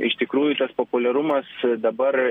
iš tikrųjų tas populiarumas dabar